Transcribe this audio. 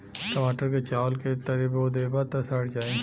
टमाटर क चावल के तरे बो देबा त सड़ जाई